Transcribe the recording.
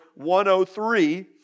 103